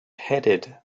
headed